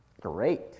Great